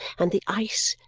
and the ice,